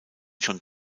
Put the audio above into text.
schon